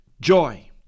joy